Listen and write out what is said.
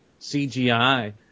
CGI